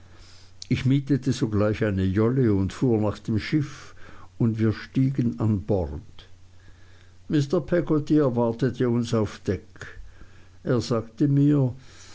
ich mietete sogleich eine jolle und fuhr nach dem schiff und wir stiegen an bord mr peggotty erwartete uns auf deck er sagte mir